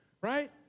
Right